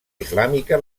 islàmica